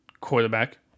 quarterback